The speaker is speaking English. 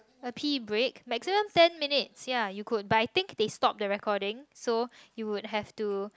a tea break maximum ten minutes ya you could buy thing they stop the recording so you'll have to